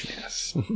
yes